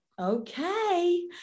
okay